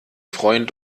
freund